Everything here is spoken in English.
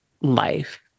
life